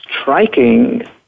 striking